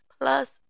Plus